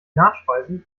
nachspeise